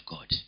God